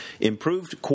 improved